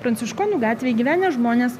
pranciškonų gatvėj gyvenę žmonės